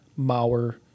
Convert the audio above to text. Mauer